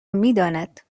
میداند